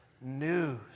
news